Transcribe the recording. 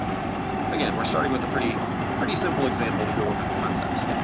again, we're starting with a pretty pretty simple example to go over the concepts,